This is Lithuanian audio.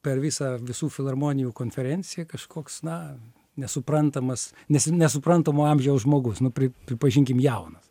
per visą visų filharmonijų konferenciją kažkoks na nesuprantamas nes nesuprantamo amžiaus žmogus nu pri pripažinkim jaunas